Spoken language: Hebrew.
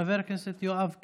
חבר הכנסת יואב קיש,